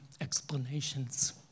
explanations